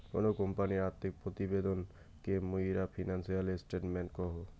কোনো কোম্পানির আর্থিক প্রতিবেদন কে মুইরা ফিনান্সিয়াল স্টেটমেন্ট কহু